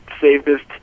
safest